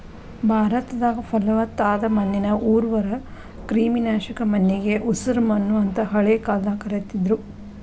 ಭಾರತದಾಗ, ಪಲವತ್ತಾದ ಮಣ್ಣಿಗೆ ಉರ್ವರ, ಕ್ರಿಮಿನಾಶಕ ಮಣ್ಣಿಗೆ ಉಸರಮಣ್ಣು ಅಂತ ಹಳೆ ಕಾಲದಾಗ ಕರೇತಿದ್ರು